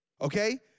Okay